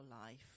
life